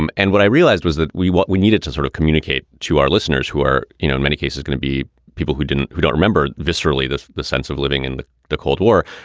um and what i realized was that we what we needed to sort of communicate to our listeners who are, you know, in many cases going to be people who didn't who don't remember viscerally the sense of living in the the cold war,